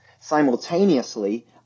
Simultaneously